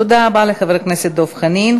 תודה רבה לחבר הכנסת דב חנין.